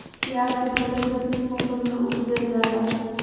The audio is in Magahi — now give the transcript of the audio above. प्याज के फसल को किस मौसम में उपजल जाला?